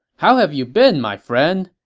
how have you been, my friend!